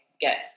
get